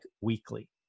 weekly